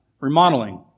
Remodeling